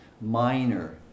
minor